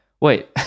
wait